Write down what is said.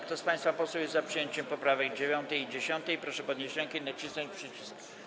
Kto z państwa posłów jest za przyjęciem poprawek 9. i 10., proszę podnieść rękę i nacisnąć przycisk.